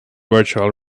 virtual